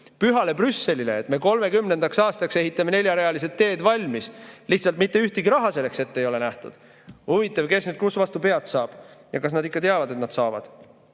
pühale Brüsselile, et me 2030. aastaks ehitame neljarealised teed valmis. Lihtsalt mitte [mingit] raha selleks ette ei ole nähtud. Huvitav, kes nüüd kus vastu pead saab ja kas nad ikka teavad, et nad saavad.